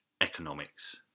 economics